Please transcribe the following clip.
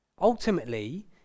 Ultimately